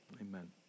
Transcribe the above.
Amen